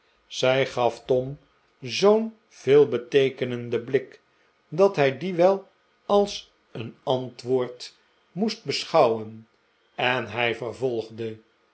zij gaf tom zoo'n veelbeteekenenden blik dat hij dien wel als een antwoord moest beschouwen en hij vervolgde